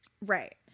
right